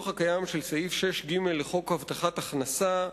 הקיים של סעיף 6(ג) לחוק הבטחת הכנסה,